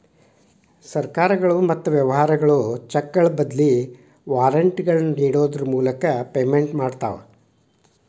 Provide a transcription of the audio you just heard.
ಸರ್ಕಾರಗಳು ಮತ್ತ ವ್ಯವಹಾರಗಳು ಚೆಕ್ಗಳ ಬದ್ಲಿ ವಾರೆಂಟ್ಗಳನ್ನ ನೇಡೋದ್ರ ಮೂಲಕ ಪೇಮೆಂಟ್ ಮಾಡ್ತವಾ